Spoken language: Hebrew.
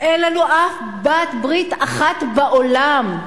אין לנו אף בעלת-ברית אחת בעולם.